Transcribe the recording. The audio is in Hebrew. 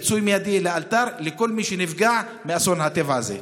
פיצוי מיידי, לאלתר, לכל מי שנפגע מאסון הטבע הזה.